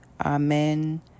Amen